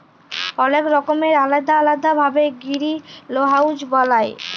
অলেক রকমের আলেদা আলেদা ভাবে গিরিলহাউজ বালায়